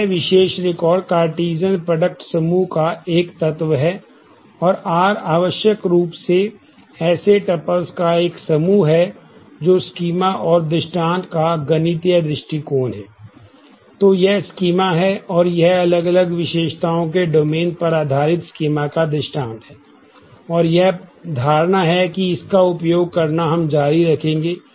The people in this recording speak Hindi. यह विशेष रिकॉर्ड का दृष्टान्त है और यह धारणा है कि इसका उपयोग करना हम जारी रखेंगे